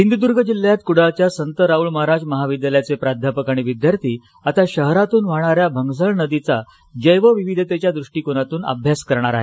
सिंधूद्र्ग जिल्ह्यात कुडाळच्या संत राऊळ महाराज महादीविद्यालयाचे प्राध्यापक आणि विद्यार्थी आता शहरातून वाहणाऱ्या भन्गसाळ नदीचा जर्द्विविधतेच्या दृष्टीकोनातून अभ्यास करणार आहेत